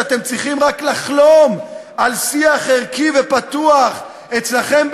ואתם צריכים רק לחלום על שיח ערכי ופתוח אצלכם,